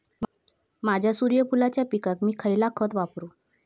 माझ्या सूर्यफुलाच्या पिकाक मी खयला खत वापरू?